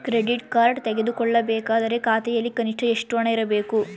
Credit card ತೆಗೆದುಕೊಳ್ಳಬೇಕಾದರೆ ಖಾತೆಯಲ್ಲಿ ಕನಿಷ್ಠ ಎಷ್ಟು ಹಣ ಇರಬೇಕು?